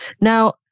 Now